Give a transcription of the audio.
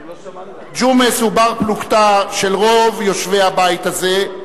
ג'ומס הוא בר-פלוגתא של רוב יושבי הבית הזה,